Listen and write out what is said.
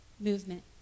movement